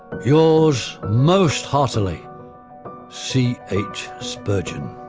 yours most heartily c h spurgeon